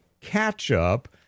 catch-up